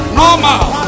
normal